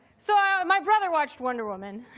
so my brother watched wonder woman.